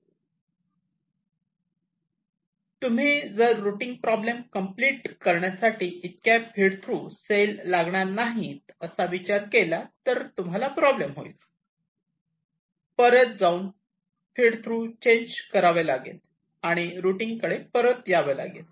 जर तुम्ही routing problem complete करण्यासाठी इतक्या फीड थ्रु सेल लागणार नाही असा विचार केला तर तुम्हाला प्रॉब्लेम होईल तुम्हाला परत जाऊन फीड थ्रु चेंज करावे लागेल आणि रुटींग कडे परत यावे लागेल